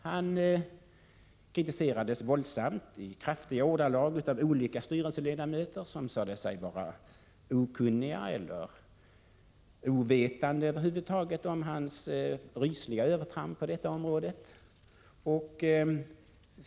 Han kritiserades våldsamt och i kraftiga ordalag av olika styrelseledamöter, som sade sig vara okunniga om eller över huvud taget ovetande om hans rysliga övertramp.